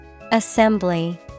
Assembly